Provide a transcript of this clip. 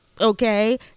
okay